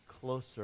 closer